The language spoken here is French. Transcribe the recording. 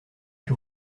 que